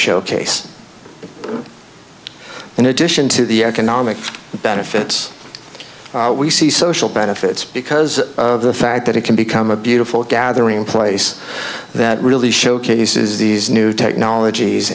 showcase in addition to the economic benefits we see social benefits because of the fact that it can become a beautiful gathering place that really showcases these new technologies